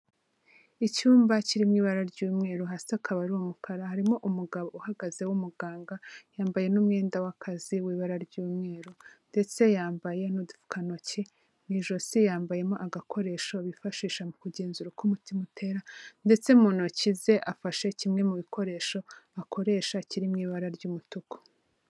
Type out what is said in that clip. Icyumba kiri mu ibara ry'umweru, hasi akaba ari umukara, harimo umugabo uhagaze w'umuganga, yambaye n'umwenda w'akazi w'ibara ry'umweru, ndetse yambaye n'udupfukantoki, mu ijosi yambayemo agakoresho bifashisha mu kugenzura uko umutima utera, ndetse mu ntoki ze afashe kimwe mu bikoresho akoresha kiri mu ibara ry'umutuku.